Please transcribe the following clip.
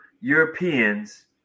Europeans